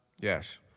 Yes